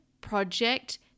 project